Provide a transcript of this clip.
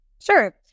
Sure